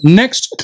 next